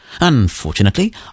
Unfortunately